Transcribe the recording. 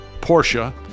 Porsche